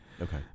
okay